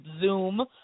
zoom